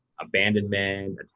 abandonment